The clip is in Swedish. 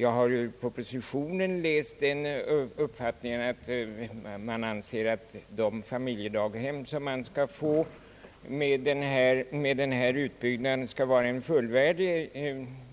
Jag har i propositionen läst att man anser att de familjedaghem, som vi får med den här utbyggnaden, skall vara en fullvärdig